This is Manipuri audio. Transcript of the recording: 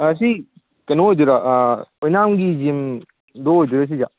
ꯁꯤ ꯀꯩꯅꯣ ꯑꯣꯏꯗꯣꯏꯔꯥ ꯑꯣꯏꯅꯥꯝꯒꯤ ꯖꯤꯝꯗꯣ ꯑꯣꯏꯗꯣꯏꯔꯥ ꯁꯤꯁꯦ